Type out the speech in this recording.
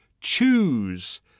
choose